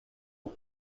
and